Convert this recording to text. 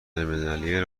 المللی